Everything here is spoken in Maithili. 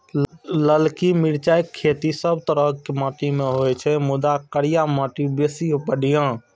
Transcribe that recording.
ललकी मिरचाइक खेती सब तरहक माटि मे होइ छै, मुदा करिया माटि बेसी बढ़िया